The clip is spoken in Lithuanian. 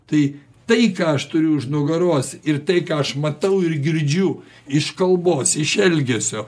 tai tai ką aš turiu už nugaros ir tai ką aš matau ir girdžiu iš kalbos iš elgesio